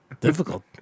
Difficult